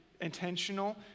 intentional